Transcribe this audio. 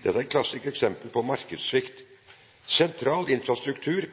Dette er et klassisk eksempel på markedssvikt. Sentral infrastruktur